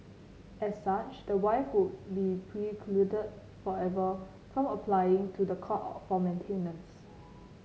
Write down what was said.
as such the wife would be precluded forever from applying to the court for maintenance